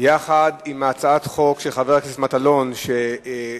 יחד עם הצעת החוק של חבר הכנסת מטלון, שתוצמד